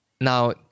Now